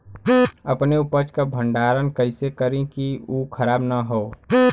अपने उपज क भंडारन कइसे करीं कि उ खराब न हो?